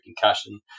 concussion